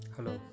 Hello